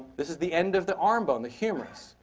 this is the end of the arm bone, the humorous.